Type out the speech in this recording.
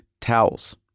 towels